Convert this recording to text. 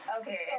Okay